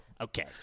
okay